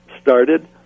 started